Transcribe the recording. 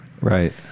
Right